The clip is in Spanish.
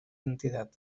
entidad